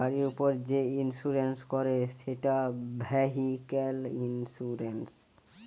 গাড়ির উপর যে ইন্সুরেন্স করে সেটা ভেহিক্যাল ইন্সুরেন্স